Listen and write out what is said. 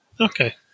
Okay